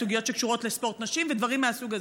בסוגיות שקשורות לספורט נשים ודברים מהסוג הזה.